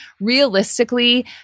realistically